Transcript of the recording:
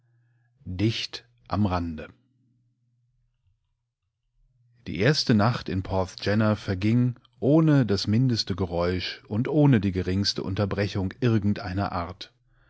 dasgespenstzusehen zweiteskapitel dichtamrande die erste nacht in porthgenna verging ohne das mindeste geräusch und ohne die geringste unterbrechung irgendeiner art